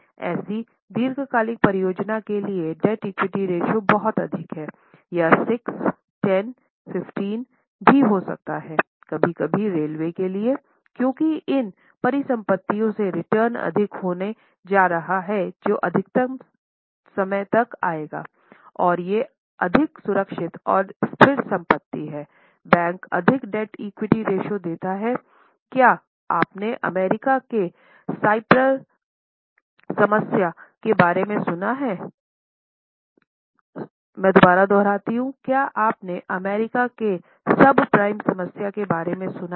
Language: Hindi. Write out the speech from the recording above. ऐसी दीर्घकालिक परियोजनाओं के लिए डेब्ट इक्विटी रेश्यो देते हैं क्या आपने अमेरिका में सबप्राइम समस्या के बारे में सुना है